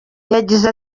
yagize